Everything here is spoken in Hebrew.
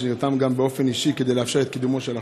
שנרתם גם באופן אישי כדי לאפשר את קידומו של החוק.